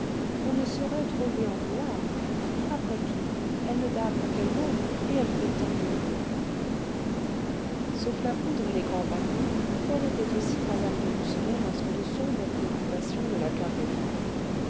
qu'on ne saurait trop lui en vouloir après tout elle ne damne qu'elle-même et elle fait tant d'heureux sauf la poudre et les grands paniers telle était aussi mme de lucenay lorsque de sombres préoccupations ne l'accablaient pas